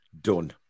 Done